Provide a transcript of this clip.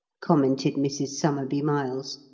commented mrs. somerby-miles,